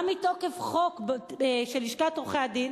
גם מתוקף חוק של לשכת עורכי-הדין,